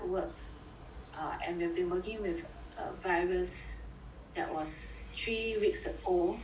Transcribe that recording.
uh and we've been working with a virus that was three weeks old